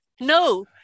No